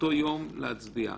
באותו יום להצביע.